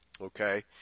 okay